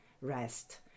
rest